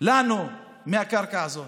לנו מהקרקע הזאת?